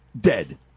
dead